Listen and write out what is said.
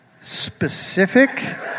specific